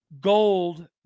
gold